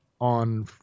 on